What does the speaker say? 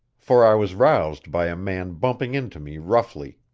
for i was roused by a man bumping into me roughly.